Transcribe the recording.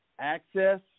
Access